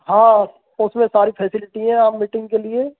हाँ उसमें सारी फैसिलिटी है आप मीटिंग के लिए